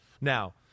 Now